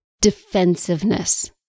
defensiveness